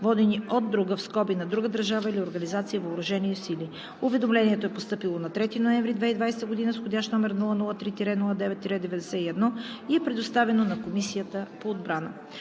водени от други (на друга държава или организация) въоръжени сили. Уведомлението е постъпило на 3 ноември 2020 г. с входящ № 003-09-91 и е предоставено на Комисията по отбрана.